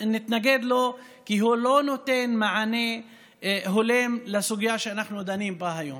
נתנגד לו כי הוא לא נותן מענה הולם בסוגיה שאנחנו דנים בה היום.